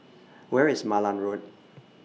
Where IS Malan Road